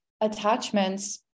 attachments